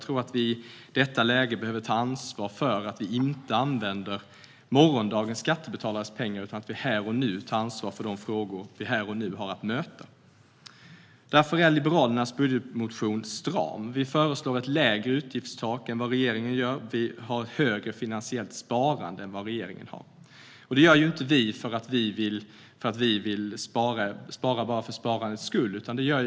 Vi behöver i detta läge ta ansvar för att vi inte använder morgondagens skattebetalares pengar, utan vi ska här och nu ta ansvar för de frågor som vi här och nu har att möta. Därför är Liberalernas budgetmotion stram. Vi föreslår ett lägre utgiftstak än vad regeringen gör. Vi har högre finansiellt sparande än vad regeringen har. Det gör inte vi för att vi vill spara bara för sparandets skull.